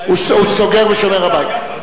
בכלל, הוא סוגר ושומר הבית.